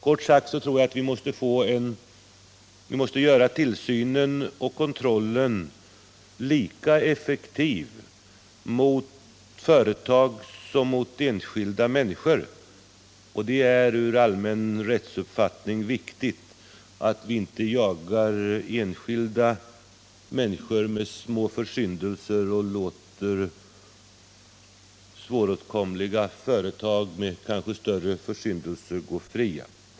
Kort sagt tror jag att vi måste göra tillsynen och kontrollen lika effektiva när det gäller företag som när Om giftspridningen det gäller enskilda människor. Det är viktigt att vi inte jagar enskilda i Teckomatorp, människor för små försyndelser och låter svåråtkomliga företag med kan = m.m. ske större försyndelser gå fria.